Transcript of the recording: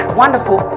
wonderful